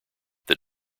that